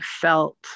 felt